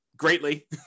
greatly